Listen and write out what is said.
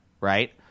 right